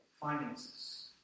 Finances